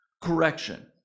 correction